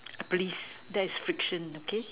please that's fiction okay